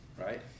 right